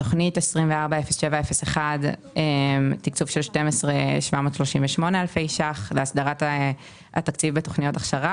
תכנית 240701 תקצוב של 12,738 אלפי ₪ להסדרת התקציב בתכניות הכשרה